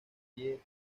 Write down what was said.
pie